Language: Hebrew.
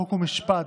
חוק ומשפט,